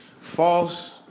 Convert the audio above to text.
false